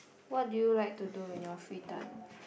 what do you like to do when you are free time